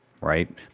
right